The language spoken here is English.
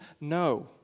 No